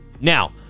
Now